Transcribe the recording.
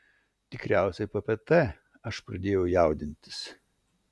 tikriausiai ppt aš pradėjau jaudintis